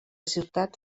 ciutat